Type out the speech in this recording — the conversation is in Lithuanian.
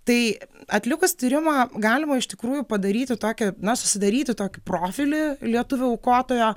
tai atlikus tyrimą galima iš tikrųjų padaryti tokį na susidaryti tokį profilį lietuvių aukotojo